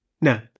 No